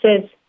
says